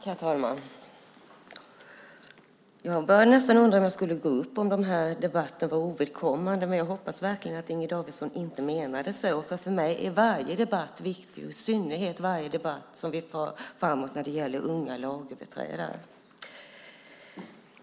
Herr talman! Jag började nästan undra om jag skulle begära replik om debatten nu var ovidkommande. Men jag hoppas verkligen att Inger Davidson inte menade så. För mig är varje debatt viktig, i synnerhet varje debatt som vi för framåt när det gäller unga lagöverträdare.